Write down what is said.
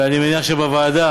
ואני מניח שבוועדה,